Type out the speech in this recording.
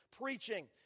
preaching